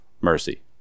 mercy